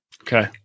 Okay